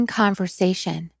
conversation